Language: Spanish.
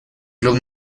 club